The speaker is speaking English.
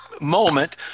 moment